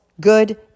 good